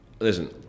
Listen